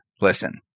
listen